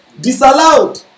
Disallowed